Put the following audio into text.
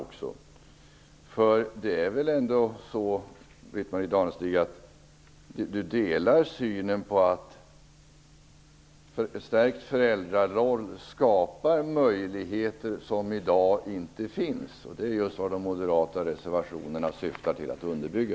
Britt-Marie Danestig-Olofsson delar väl ändå synen att stärkt föräldraroll skapar möjligheter som i dag inte finns? Det är just vad de moderata reservationerna syftar till att underbygga.